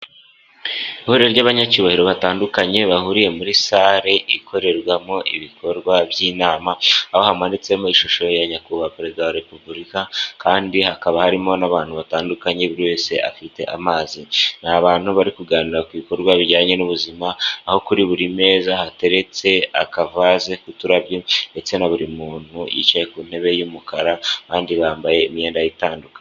Ihuriro ry'abanyacyubahiro batandukanye bahuriye muri salle ikorerwamo ibikorwa by'inama, aho hamanitsemo ishusho ya nyakubahwa Perezida wa Repubulika kandi hakaba harimo n'abantu batandukanye buri wese afite amazi, ni abantu bari kuganira ku bikorwa bijyanye n'ubuzima aho kuri buri meza hateretse akavaze k'uturabyo ndetse na buri muntu yicaye ku ntebe y'umukara kandi bambaye imyenda itandukanye.